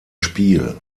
spiel